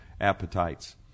appetites